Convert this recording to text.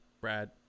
Brad